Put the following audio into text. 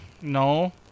No